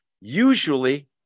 Usually